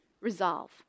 resolve